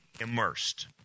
immersed